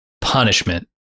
punishment